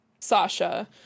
Sasha